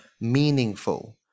meaningful